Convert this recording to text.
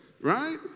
right